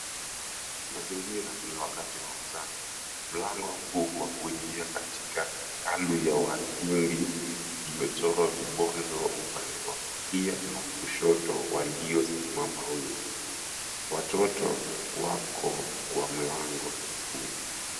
Mazingira ni wakati wa mchana. Mlango kubwa wa kuingia katika kambi ya wahindi imechorwa vibonzo upande wa kulia na kushoto waliosimama wima. Watoto wako kwa mlango huu.